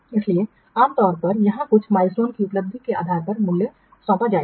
इसलिए आम तौर पर यहां कुछ माइलस्टोनस की उपलब्धि के आधार पर मूल्य सौंपा जाएगा